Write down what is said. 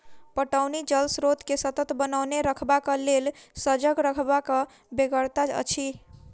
पटौनी जल स्रोत के सतत बनओने रखबाक लेल सजग रहबाक बेगरता अछि